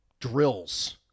drills